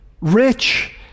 rich